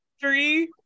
Three